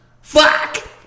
Fuck